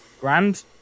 grand